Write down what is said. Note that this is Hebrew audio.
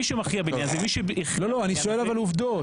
מי שמכריע בעניין זה --- אני שואל עובדות.